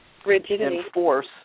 Enforce